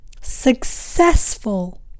Successful